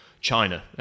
China